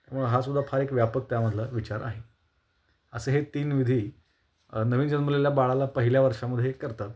मुळं हासुद्धा फार एक व्यापक त्यामधला विचार आहे असे हे तीन विधी नवीन जन्मलेल्या बाळाला पहिल्या वर्षामध्ये करतात